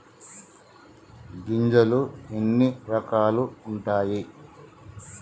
గింజలు ఎన్ని రకాలు ఉంటాయి?